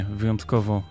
wyjątkowo